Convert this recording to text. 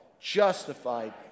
justified